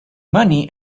money